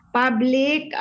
public